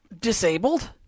disabled